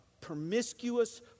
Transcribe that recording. promiscuous